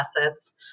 assets